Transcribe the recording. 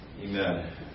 Amen